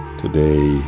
today